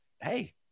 hey